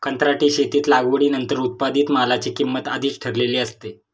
कंत्राटी शेतीत लागवडीनंतर उत्पादित मालाची किंमत आधीच ठरलेली असते